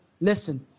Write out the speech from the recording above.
Listen